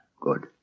Good